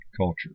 culture